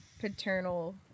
paternal